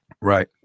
Right